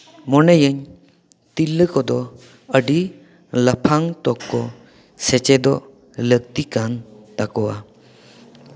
ᱢᱚᱱᱮᱭᱟᱹᱧ ᱛᱤᱨᱞᱟᱹ ᱠᱚᱫᱚ ᱟᱹᱰᱤ ᱞᱟᱯᱷᱟᱝ ᱛᱚᱠᱠᱚ ᱥᱮᱪᱮᱫᱚᱜ ᱞᱟᱹᱠᱛᱤ ᱠᱟᱱ ᱛᱟᱠᱚᱣᱟ